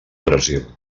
brasil